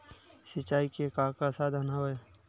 सिंचाई के का का साधन हवय?